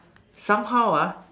somehow ah